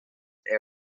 bunny